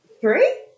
three